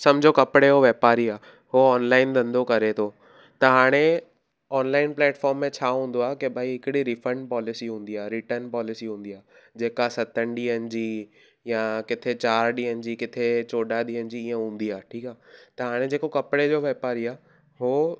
सम्झो कपिड़े जो वापारी आहे हो ऑनलाइन धंधो करे थो त हाणे ऑनलाइन प्लैटफॉर्म में छा हूंदो आहे की भाई हिकिड़ी रिफंड पॉलिसी हूंदी आहे रिटर्न पॉलिसी हूंदी आहे जेका सतनि ॾींहनि जी या किथे चार ॾींहनि जी किथे चोॾहां ॾींहनि जी इअं हूंदी आहे ठीकु आहे त हाणे जेको कपिड़े जो वापारी आहे हो